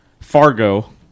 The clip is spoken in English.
Fargo